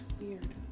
weird